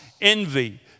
envy